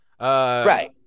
right